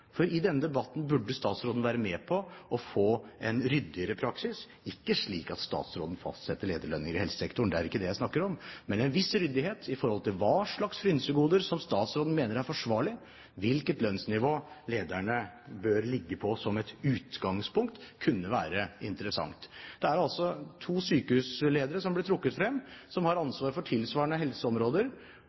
for i denne debatten burde statsråden være med på en diskusjon om å få til en ryddigere praksis, ikke slik at statsråden fastsetter lederlønninger i helsesektoren – det er ikke det jeg snakker om – men en viss ryddighet med hensyn til hva slags frynsegoder som statsråden mener er forsvarlig, hvilket lønnsnivå lederne bør ligge på som et utgangspunkt, kunne være interessant. Det er altså to sykehusledere som ble trukket frem, som har ansvaret for tilsvarende helseområder,